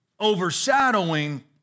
overshadowing